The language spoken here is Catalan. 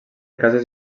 cases